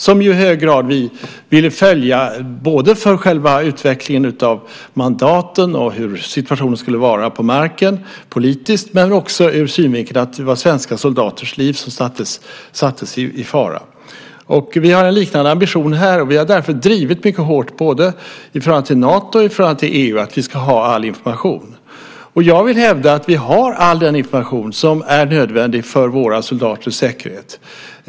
Vi ville i hög grad följa både själva utvecklingen av mandaten och hur situationen politiskt skulle vara på marken men också ur synvinkeln att det var svenska soldaters liv som sattes i fara. Här har vi en liknande ambition, och därför har vi drivit mycket hårt, både i förhållande till Nato och i förhållande till EU, att vi ska ha all information. Jag vill hävda att vi har all den information som är nödvändig för våra soldaters säkerhet.